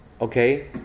okay